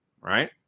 right